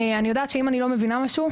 אני יודעת שאם אני לא מבינה משהו,